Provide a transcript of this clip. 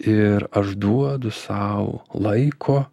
ir aš duodu sau laiko